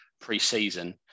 pre-season